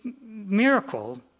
miracle